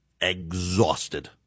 exhausted